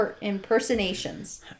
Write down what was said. impersonations